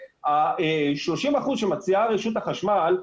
30 אחוזים שמציעה רשות החשמל,